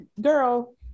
girl